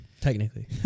technically